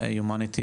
לאנושות